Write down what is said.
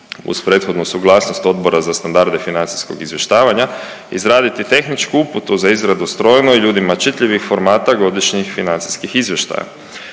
uz prethodnu suglasnost Odbora za standarde financijskog izvještavanja, izraditi tehničku uputu za izradu strojno i ljudima čitljivih formata godišnjih financijskih izvještaja.